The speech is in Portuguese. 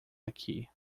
aqui